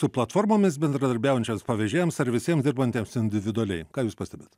su platformomis bendradarbiaujančioms pavežėjams ar visiems dirbantiems individualiai ką jūs pastebit